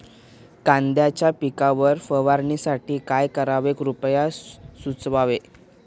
कांद्यांच्या पिकावर फवारणीसाठी काय करावे कृपया सुचवावे